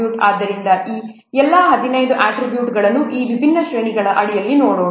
ಆದ್ದರಿಂದ ಈ ಎಲ್ಲಾ 15 ಅಟ್ರಿಬ್ಯೂಟ್ ಗಳನ್ನು ಈ ವಿಭಿನ್ನ ಶ್ರೇಣಿಗಳ ಅಡಿಯಲ್ಲಿ ನೋಡೋಣ